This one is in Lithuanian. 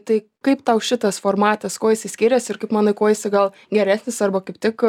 tai kaip tau šitas formatas kuo jisai skyrėsi ir kaip manai kuo jisai gal geresnis arba kaip tik